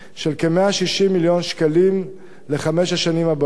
של כ-160 מיליון שקלים לחמש השנים הבאות.